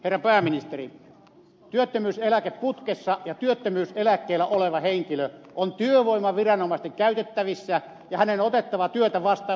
herra pääministeri työttömyyseläkeputkessa ja työttömyyseläkkeellä oleva henkilö on työvoimaviranomaisten käytettävissä ja hänen on otettava työtä vastaan jos sitä tarjotaan